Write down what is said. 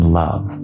love